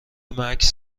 مکث